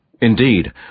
Indeed